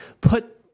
put